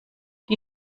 die